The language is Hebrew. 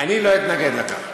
אני לא אתנגד לכך.